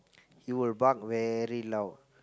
he will bark very loud